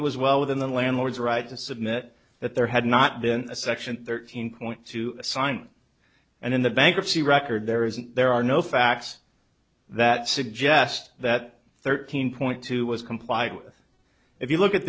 it was well within the landlord's right to submit that there had not been a section thirteen point two signed and in the bankruptcy record there isn't there are no facts that suggest that thirteen point two was complied with if you look at